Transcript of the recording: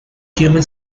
human